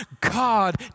God